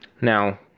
Now